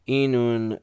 inun